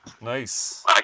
Nice